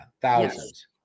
thousands